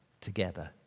together